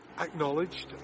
acknowledged